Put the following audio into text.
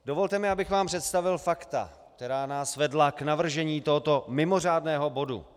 Dovolte mi, abych vám představil fakta, která nás vedla k navržení tohoto mimořádného bodu.